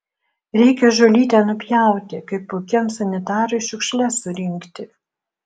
reikia žolytę nupjauti kaip kokiam sanitarui šiukšles surinkti